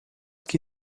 que